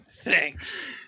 Thanks